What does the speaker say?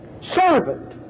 Servant